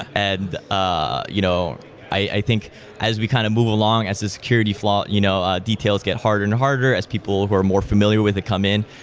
and ah you know i think as we kind of move along, as the security flaw you know ah details get harder and harder, as people who are more familiar with it come in,